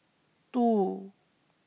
two